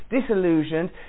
disillusioned